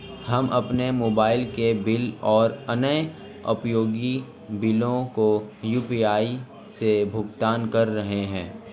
हम अपने मोबाइल के बिल और अन्य उपयोगी बिलों को यू.पी.आई से भुगतान कर रहे हैं